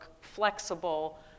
flexible